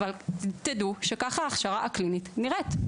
אבל תדעו שככה ההכשרה הקלינית נראית.